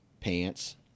pants